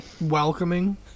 welcoming